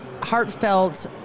heartfelt